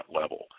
level